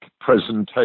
presentation